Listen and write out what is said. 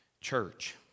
Church